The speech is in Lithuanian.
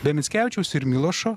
be mickevičiaus ir milošo